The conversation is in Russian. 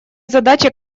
задача